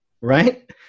right